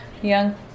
young